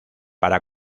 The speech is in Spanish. para